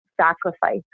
Sacrifice